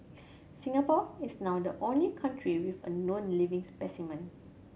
Singapore is now the only country with a known living specimen